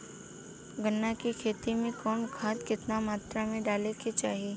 गन्ना के खेती में कवन खाद केतना मात्रा में डाले के चाही?